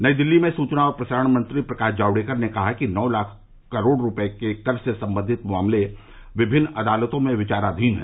नई दिल्ली में सूचना और प्रसारण मंत्री प्रकाश जावड़ेकर ने कहा कि नौ लाख करोड रूपये के कर से संबंधित मामले विभिन्न अदालतों में विचाराधीन हैं